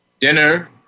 dinner